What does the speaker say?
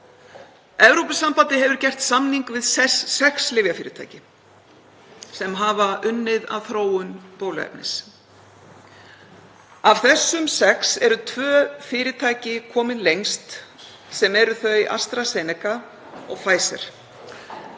Evrópusambandið hefur gert samning við sex lyfjafyrirtæki sem hafa unnið að þróun bóluefnis. Af þessum sex eru tvö fyrirtæki komin lengst sem eru þau AstraZeneca og Pfizer.